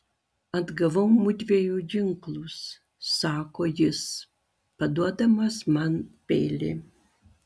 atgavau mudviejų ginklus sako jis paduodamas man peilį